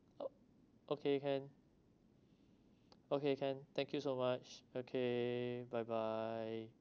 o~ okay can okay can thank you so much okay bye bye